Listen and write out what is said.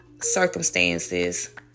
Circumstances